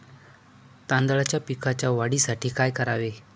तांदळाच्या पिकाच्या वाढीसाठी काय करावे?